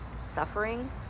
suffering